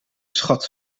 schat